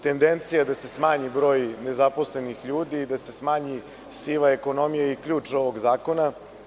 Tendencija da se smanji broj nezaposlenih ljudi i da se smanji siva ekonomija i ključ ovog zakona.